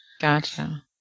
gotcha